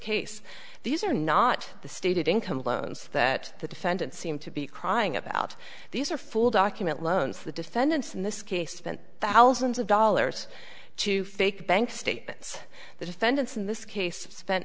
case these are not the stated income loans that the defendants seem to be crying about these are full document loans the defendants in this case spent thousands of dollars to fake bank statements the defendants in this case spent